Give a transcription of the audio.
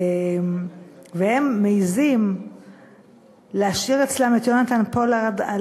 והם מעזים להשאיר אצלם את יהונתן פולארד על